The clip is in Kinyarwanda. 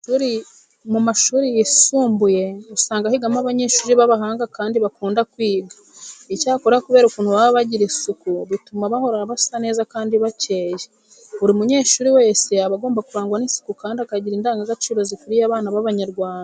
Mu mashuri yisumbuye usanga higamo abanyeshuri b'abahanga kandi bakunda kwiga. Icyakora kubera ukuntu baba bagira isuku bituma bahora basa neza kandi bakeye. Buri munyeshuri wese aba agomba kurangwa n'isuku kandi akagira indangagaciro zikwiriye abana b'Abanyarwanda.